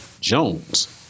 Jones